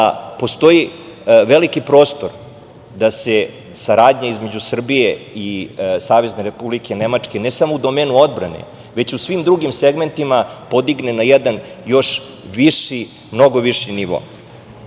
postoji veliki prostor da se saradnja između Srbije i Savezne Republike Nemačke, ne samo u domenu odbrane, već i u svim drugim segmentima podigne na jedan još viši, mnogo viši